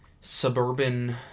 suburban